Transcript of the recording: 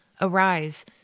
Arise